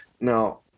Now